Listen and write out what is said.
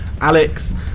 Alex